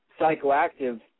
psychoactive